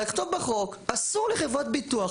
לכתוב בחוק אסור לחברת ביטוח,